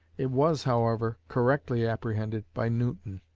it was, however, correctly apprehended by newton.